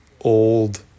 old